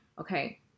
okay